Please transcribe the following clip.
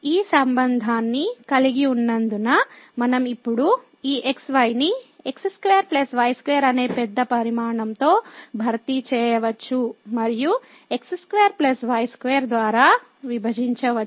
ఈ సంబంధాన్ని కలిగి ఉన్నందున మనం ఇప్పుడు ఈ xy ని x2 y2 అనే పెద్ద పరిమాణంతో భర్తీ చేయవచ్చు మరియు x2 y2 ద్వారా విభజించవచ్చు